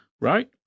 right